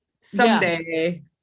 someday